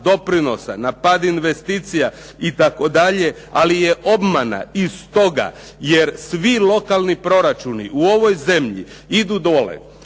doprinosa, na pad investicija itd. Ali je obmana i stoga jer svi lokalni proračuni u ovoj zemlji idu dole